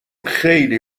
خیلی